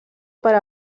per